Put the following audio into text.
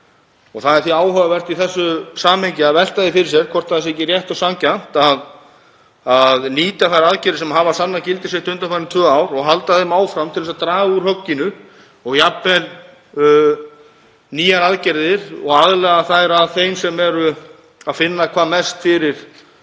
kr. Það er því áhugavert í þessu samhengi að velta því fyrir sér hvort það sé ekki rétt og sanngjarnt að nýta þær aðgerðir sem hafa sannað gildi sitt undanfarin tvö ár og halda þeim áfram til þess að draga úr högginu og jafnvel nýjar aðgerðir og aðlaga þær að þeim sem finna hvað mest fyrir